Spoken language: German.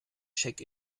check